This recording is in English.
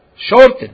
Shortened